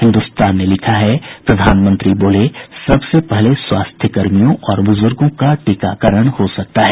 हिन्दुस्तान ने लिखा है प्रधानमंत्री बोले सबसे पहले स्वास्थ्यकर्मियों और बुजुर्गों का टीकाकरण हो सकता है